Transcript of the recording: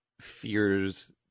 fears